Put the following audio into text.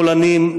שמאלנים,